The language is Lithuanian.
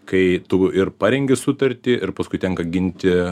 kai tu ir parengi sutartį ir paskui tenka ginti